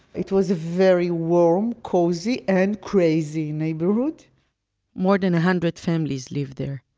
it was very warm, cozy and crazy neighborhood more than a hundred families lived there.